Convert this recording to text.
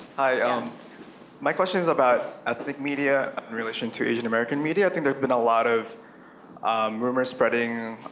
hi, um my question is about, ethnic media in relation to asian american media. i think there's been a lot of rumors spreading,